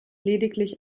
lediglich